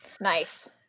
nice